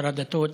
שר הדתות,